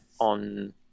on